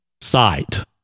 sight